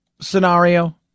scenario